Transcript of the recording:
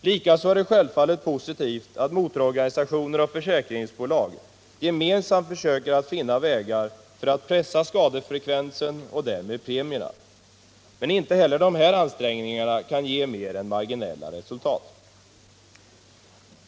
Likaså är det självfallet positivt att motororganisationer och försäkringsbolag gemensamt försöker finna vägar för att pressa skadefrekvensen och därmed premierna. Men inte heller dessa ansträngningar kan ge mer än marginella resultat.